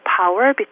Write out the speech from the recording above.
power